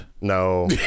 No